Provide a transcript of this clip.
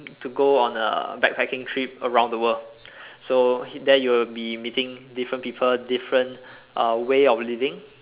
to go on a back packing trip around the world so there you will be meeting different people different way of living